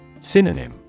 Synonym